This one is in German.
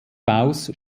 baus